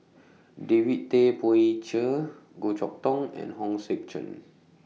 David Tay Poey Cher Goh Chok Tong and Hong Sek Chern